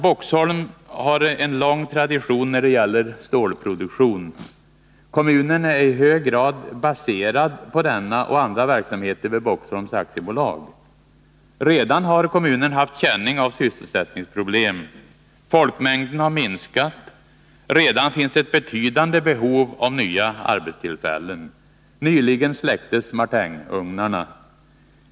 Boxholm har en lång tradition när det gäller stålproduktion. Kommunen är i hög grad baserad på denna och andra verksamheter vid Boxholms AB. Redan har kommunen haft känning av sysselsättningsproblem. Folkmängden har minskat. Redan finns ett betydande behov av nya arbetstillfällen. Nyligen släcktes martinugnarna.